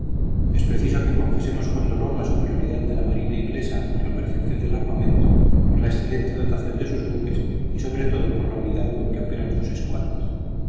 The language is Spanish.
es preciso que confesemos con dolor la superioridad de la marina inglesa por la perfección del armamento por la excelente dotación de sus buques y sobre todo por la unidad con que operan sus escuadras